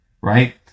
right